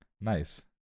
Nice